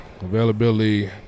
Availability